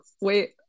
wait